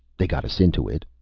they got us into it!